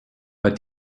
but